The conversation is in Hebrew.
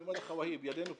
אני אומר לך, והיב, ידנו פתוחה,